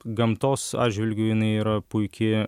gamtos atžvilgiu jinai yra puiki